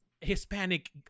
Hispanic